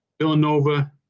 Villanova